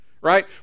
right